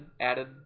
added